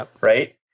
right